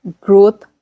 growth